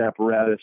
apparatus